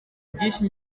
byinshi